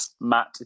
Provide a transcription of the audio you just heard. Matt